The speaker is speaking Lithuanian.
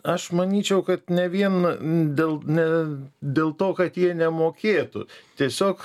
aš manyčiau kad ne vien dėl ne dėl to kad jie nemokėtų tiesiog